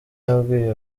yabwiye